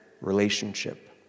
relationship